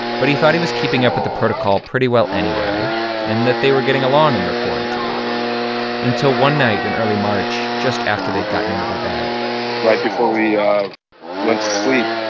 but he thought he was keeping up with the protocol pretty well anyway and that they were getting along in their quarantine until one night in early march just after they'd gotten into their bed right before we ah went to sleep,